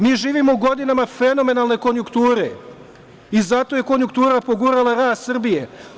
Mi živimo u godinama fenomenalne konjuktura i zato je konjuktura pogurala rast Srbije.